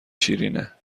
شیرینه